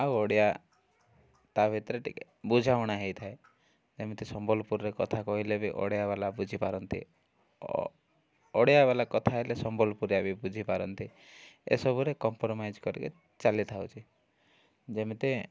ଆଉ ଓଡ଼ିଆ ତା ଭିତରେ ଟିକେ ବୁଝାମଣା ହେଇଥାଏ ଯେମିତି ସମ୍ବଲପୁରରେ କଥା କହିଲେ ବି ଓଡ଼ିଆବାଲା ବୁଝିପାରନ୍ତି ଓଡ଼ିଆବାଲା କଥା ହେଲେ ସମ୍ବଲପୁରୀଆ ବି ବୁଝିପାରନ୍ତି ଏସବୁରେ କମ୍ପ୍ରମାଇଜ୍ କରିକି ଚାଲିଥାଉଛି ଯେମିତି